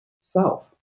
self